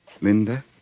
Linda